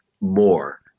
more